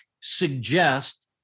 suggest